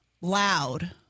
Loud